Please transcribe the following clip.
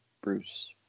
Bruce